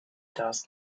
does